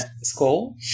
school